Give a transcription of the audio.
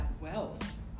wealth